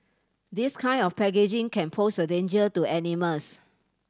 this kind of packaging can pose a danger to animals